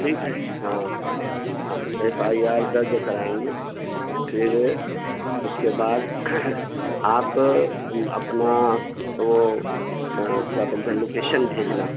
ٹھیک ہے ہاں ایف آئی آر درج کرائیں گے پھر اس کے بعد آپ اپنا وہ کیا بولتے ہیں لوکیشن بھیجنا